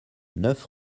neuf